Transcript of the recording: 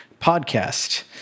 podcast